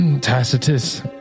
Tacitus